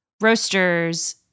roasters